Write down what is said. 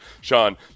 Sean